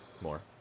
More